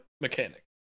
mechanic